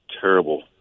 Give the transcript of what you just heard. terrible